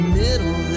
middle